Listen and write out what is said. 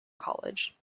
college